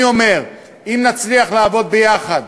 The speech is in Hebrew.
אני אומר, אם נצליח לעבוד ביחד,